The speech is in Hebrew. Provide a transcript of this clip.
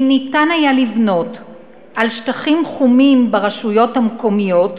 אם אפשר היה לבנות על שטחים חומים ברשויות המקומיות,